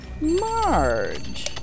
Marge